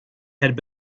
had